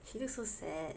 she looks so sad